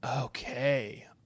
Okay